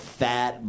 fat